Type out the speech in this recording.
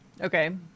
Okay